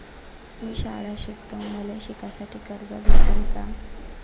मी शाळा शिकतो, मले शिकासाठी कर्ज भेटन का?